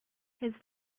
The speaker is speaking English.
his